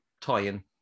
tie-in